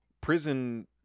prison